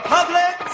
public